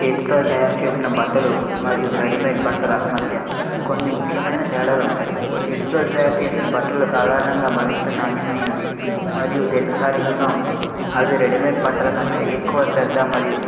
చేతితో తయారుచేసిన బట్టలు మరియు రెడీమేడ్ బట్టల మధ్య కొన్ని ముఖ్యమైన తేడాలు ఉంటాయి చేతులతో తయారు చేసిన బట్టలు సాధారణంగా మరింత నాణ్యమైనవి మరియు దీర్ఘకాలికంగా ఉంటాయి అవి రెడీమేడ్ బట్టల కంటే ఎక్కువ శ్రద్ధ మరియు